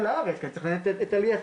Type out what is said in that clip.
לארץ כי אני צריך לתכנן את עלייתי.